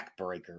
backbreaker